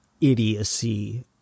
idiocy